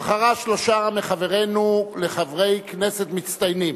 בחרה שלושה מחברינו לחברי כנסת מצטיינים,